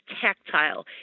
tactile